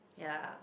ya